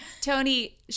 tony